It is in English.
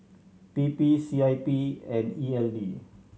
P P C I P and E L D